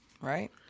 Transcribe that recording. right